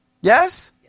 Yes